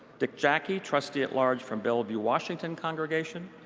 dick jacke, trustee-at-large from bellevue, washington, congregation.